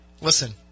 listen